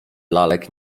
lalek